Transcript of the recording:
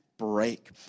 break